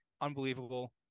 Unbelievable